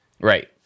Right